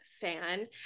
fan